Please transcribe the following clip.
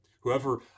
whoever